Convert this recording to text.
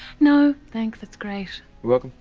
no thanks, that's great. you're welcome.